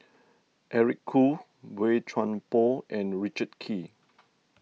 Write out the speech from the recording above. Eric Khoo Boey Chuan Poh and Richard Kee